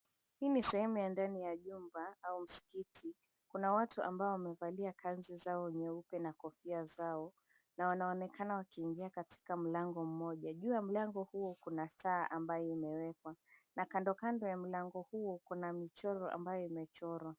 Hii ni sehemu ya ndani ya jumba au msikiti. Kuna watu ambao wamevalia kazi zao nyeupe na kofia zao na wanaonekana wakiingia katika mlango mmoja. Juu ya mlango huo kuna saa ambayo imewekwa na kando kando ya mlango huo kuna michoro ambayo imechorwa.